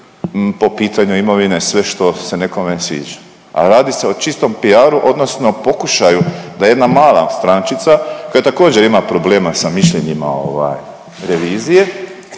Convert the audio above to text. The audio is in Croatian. po pitanju imovine sve što se nekome sviđa, a radi se o čistom PR-u odnosno pokušaju da jedna mala strančica koja također, ima problema sa mišljenjima, ovaj, revizije